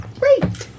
great